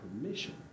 permission